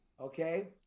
Okay